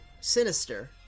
sinister